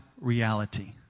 reality